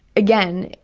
again,